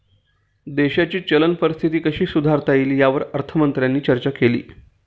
देशाची चलन परिस्थिती कशी सुधारता येईल, यावर अर्थमंत्र्यांनी चर्चा केली